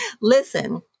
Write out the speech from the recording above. Listen